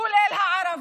כולל הערבים,